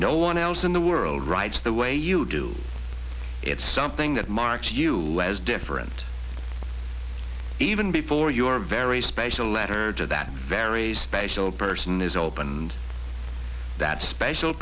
no one else in the world writes the way you do it's something that marks you as different even before your very special letter to that varies special person is opened that special